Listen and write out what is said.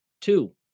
Two